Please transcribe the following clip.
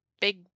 big